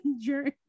journey